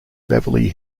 beverly